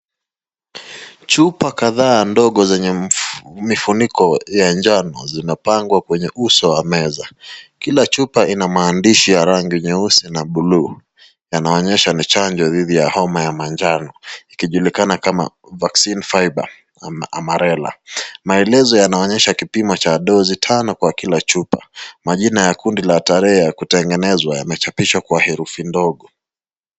Chupa kadhaa ndogo zenye mifuniko wa njano zinapangwa kwenye uso wa meza. Kila chumba ina maandishi ya rangi nyeusi na buluu, yanaonyesha ni chanjo dhidi ya homa ya manjano, ikijulikana kama Vacina Febre Amarela. Maelezo yanaonyesha kipimo cha dozi tano kwa kila chupa. Majina la kundi la tarehe ya kutengenezwa yamechapishwa kwa herufi ndogo.